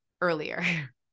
earlier